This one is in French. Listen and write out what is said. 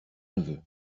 neveu